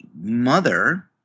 mother